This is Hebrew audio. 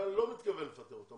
אתה לא מתכוון לפטר אותם,